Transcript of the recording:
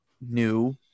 new